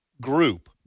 group